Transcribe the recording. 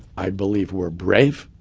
i believe we're brave.